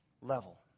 level